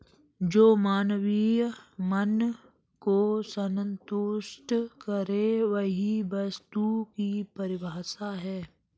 जो मानवीय मन को सन्तुष्ट करे वही वस्तु की परिभाषा है